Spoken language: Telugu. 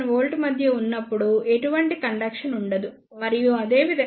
7 V మధ్య ఉన్నప్పుడు ఎటువంటి కండక్షన్ ఉండదు మరియు అదేవిధంగా 0